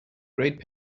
great